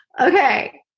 Okay